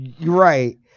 right